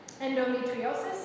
endometriosis